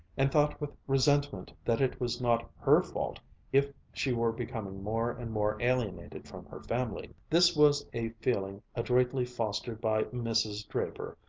and thought with resentment that it was not her fault if she were becoming more and more alienated from her family. this was a feeling adroitly fostered by mrs. draper,